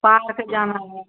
पास जाना है